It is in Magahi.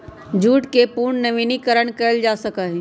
जूट के पुनर्नवीनीकरण कइल जा सका हई